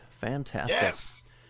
fantastic